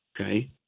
okay